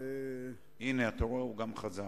הנה, הוא גם חזר,